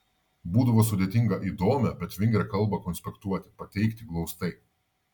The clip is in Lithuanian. būdavo sudėtinga įdomią bet vingrią kalbą konspektuoti pateikti glaustai